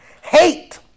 hate